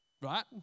Right